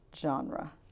genre